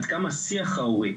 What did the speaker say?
עד כמה השיח ההורי,